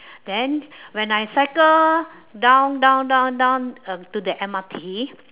then when I cycle down down down down uh to the M_R_T